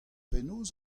penaos